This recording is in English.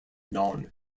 non